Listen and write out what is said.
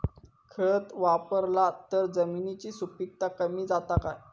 खत वापरला तर जमिनीची सुपीकता कमी जाता काय?